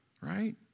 Right